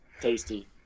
tasty